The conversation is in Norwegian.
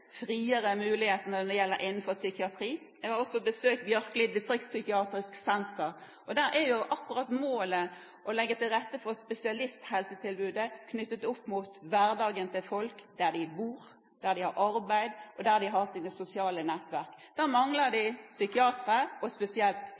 innenfor psykiatri. Jeg har også besøkt Bjørkeli distriktspsykiatriske senter, og der er målet å legge til rette for spesialisthelsetilbudet knyttet opp mot hverdagen til folk der de bor, der de har arbeid og der de har sine sosiale nettverk. Der mangler